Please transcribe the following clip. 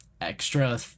extra